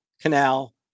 Canal